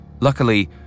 Luckily